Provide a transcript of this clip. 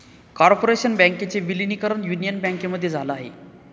corporation बँकेचे विलीनीकरण union बँकेमध्ये झाल आहे